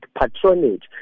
patronage